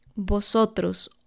vosotros